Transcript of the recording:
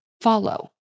follow